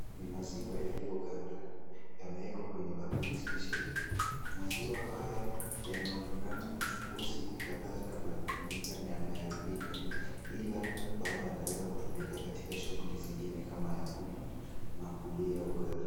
Ni maziwa yaliyoganda, yamewekwa kwenye bakuli spesheli . Maziwa haya yanaonekana kuchukua siku kadhaa kabla kutumika na yameharibika, ila bado yanaweza kutumika katika shughuli zingine kama ya kunywa na kulia ugali.